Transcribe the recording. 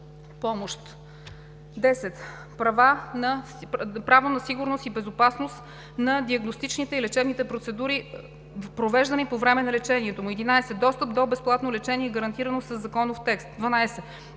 10. право на сигурност и безопасност на диагностичните и лечебните процедури, провеждани по време на лечението му; 11. достъп до безплатно лечение, гарантирано със законов текст; 12.